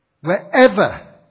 wherever